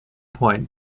point